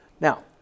Now